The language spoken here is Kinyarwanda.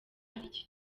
iki